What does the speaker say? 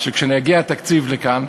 שכשיגיע התקציב לכאן,